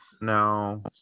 no